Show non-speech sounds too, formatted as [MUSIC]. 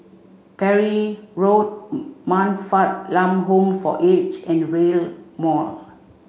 Parry Road [HESITATION] Man Fatt Lam Home for Aged and Rail Mall